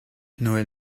noël